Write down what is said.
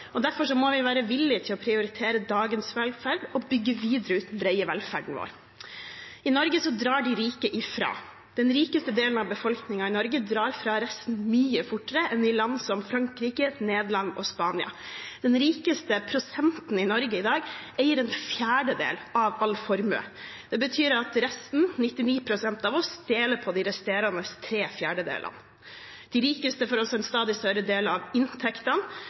Derfor må vi være villig til å prioritere dagens velferd og bygge den brede velferden vår videre ut. I Norge drar de rike ifra. Den rikeste delen av befolkningen i Norge drar fra resten mye fortere enn i land som Frankrike, Nederland og Spania. Den rikeste prosenten i Norge i dag eier en fjerdedel av all formue. Det betyr at resten, 99 pst. av oss, deler på de resterende tre fjerdedelene. De rikeste får også en stadig større del av inntektene.